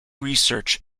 research